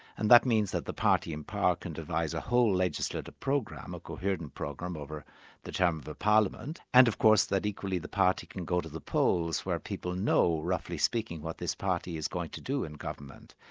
and that means that the party in power can devise a whole legislative program, a coherent program over the term of the parliament, and of course that equally the party can go to the polls where people know roughly speaking, what this party is going to do in government.